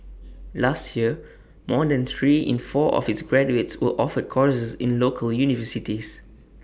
last year more than three in four of its graduates were offered courses in local universities